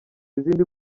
izindi